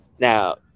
Now